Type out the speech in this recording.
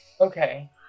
Okay